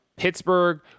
Pittsburgh